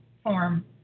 form